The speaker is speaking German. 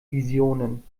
visionen